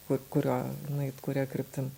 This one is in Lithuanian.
ku kuriuo nueit kuria kryptim